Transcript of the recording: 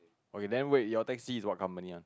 okay then wait your taxi is what company one